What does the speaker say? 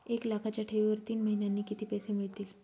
एक लाखाच्या ठेवीवर तीन महिन्यांनी किती पैसे मिळतील?